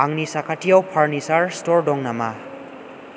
आंनि साखाथियाव furniture store दं नामा